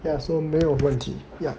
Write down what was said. ya so 没有问题 ya